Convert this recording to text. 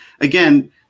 Again